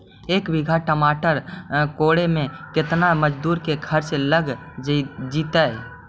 एक बिघा टमाटर कोड़े मे केतना मजुर के खर्चा लग जितै?